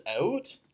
out